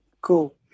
Cool